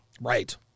Right